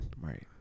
Right